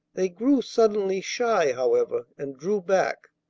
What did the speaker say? they grew suddenly shy, however, and drew back,